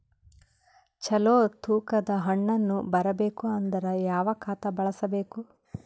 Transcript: ಚಲೋ ತೂಕ ದ ಹಣ್ಣನ್ನು ಬರಬೇಕು ಅಂದರ ಯಾವ ಖಾತಾ ಬಳಸಬೇಕು?